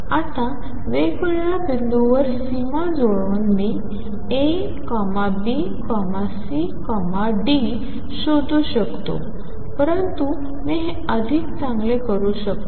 आता वेगवेगळ्या बिंदूंवर सीमा जुळवून मी A B C आणि D शोधू शकतो परंतु मी हे अधिक चांगले करू शकतो